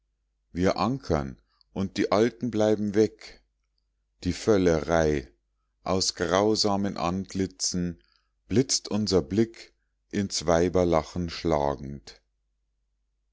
wir ankern und die alten bleiben weg die völlerei aus grausamen antlitzen blitzt unser blick ins weiberlachen schlagend